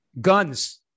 guns